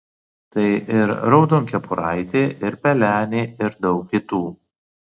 tai ir raudonkepuraitė ir pelenė ir daug kitų